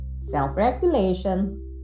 self-regulation